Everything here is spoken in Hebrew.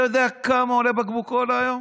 אתה יודע כמה עולה בקבוק קולה היום?